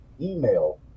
email